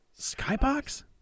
Skybox